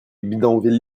bidonvilles